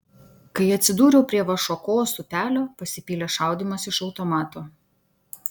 kai atsidūriau prie vašuokos upelio pasipylė šaudymas iš automato